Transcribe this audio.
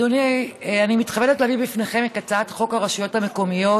אני מתכבדת להביא בפניכם את הצעת חוק הרשויות המקומיות